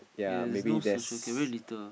yes there's no social care very little